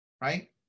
right